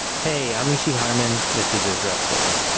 hey, i'm mishy harman, this is israel story.